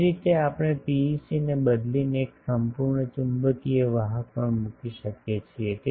એ જ રીતે આપણે પીઇસીને બદલે એક સંપૂર્ણ ચુંબકીય વાહક પણ મૂકી શકીએ છીએ